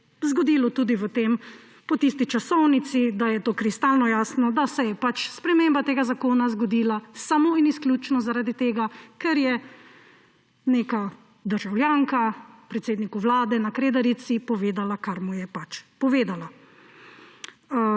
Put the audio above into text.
zgodilo tudi v tem, po tisti časovnici, da je to kristalno jasno, da se je sprememba tega zakona zgodila samo in izključno zaradi tega, ker je neka državljanka predsedniku Vlade na Kredarici povedala, kar mu je pač povedala.